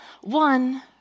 one